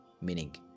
meaning